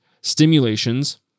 stimulations